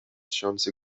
شانس